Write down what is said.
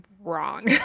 wrong